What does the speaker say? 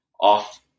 off